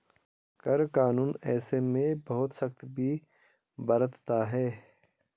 कर कानून ऐसे में बहुत सख्ती भी बरतता है